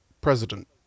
president